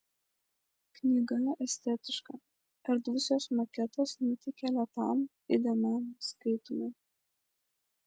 knyga estetiška erdvus jos maketas nuteikia lėtam įdėmiam skaitymui